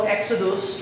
Exodus